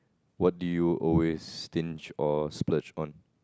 what do you always stinge or splurge on